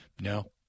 No